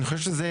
אני חושב שזה